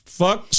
fuck